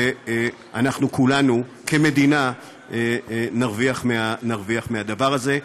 ואנחנו כולנו כמדינה נרוויח מהדבר הזה.